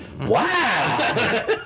Wow